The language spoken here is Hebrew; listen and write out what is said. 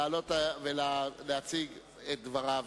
לעלות ולהציג את דבריו.